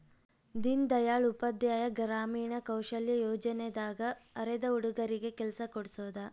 ದೀನ್ ದಯಾಳ್ ಉಪಾಧ್ಯಾಯ ಗ್ರಾಮೀಣ ಕೌಶಲ್ಯ ಯೋಜನೆ ದಾಗ ಅರೆದ ಹುಡಗರಿಗೆ ಕೆಲ್ಸ ಕೋಡ್ಸೋದ